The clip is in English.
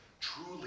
Truly